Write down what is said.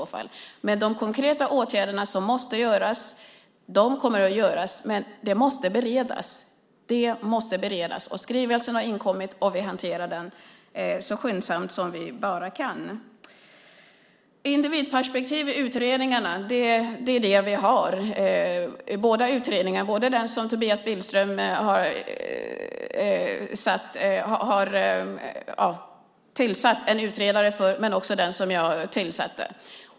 Men de konkreta åtgärder som måste vidtas kommer att vidtas, men det måste beredas. Skrivelsen har inkommit, och vi hanterar den så skyndsamt som vi bara kan. Vi har ett individperspektiv i båda utredningarna, både den där Tobias Billström har tillsatt en utredare och den som jag tillsatte.